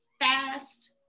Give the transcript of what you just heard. fast